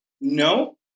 No